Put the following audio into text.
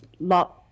lot—